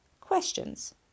questions